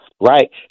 right